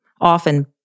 often